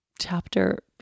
chapter